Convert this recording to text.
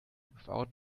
without